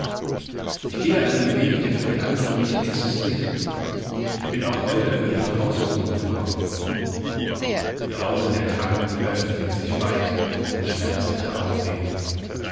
ich gehe einen weg der für die anderen nicht existiert ich bin auch heute über ihren hausboden gekommen die augen der kranken öffneten sich weit in schmerzlicher aufregung